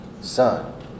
son